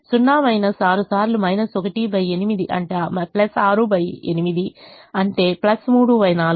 0 6 సార్లు 18 అంటే 6 8 అంటే 3 4